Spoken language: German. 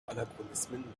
anachronismen